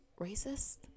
racist